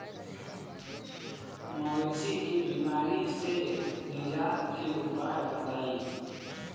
मवेशी के बिमारी से निजात के उपाय बताई?